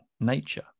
nature